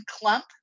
clump